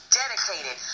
dedicated